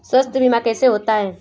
स्वास्थ्य बीमा कैसे होता है?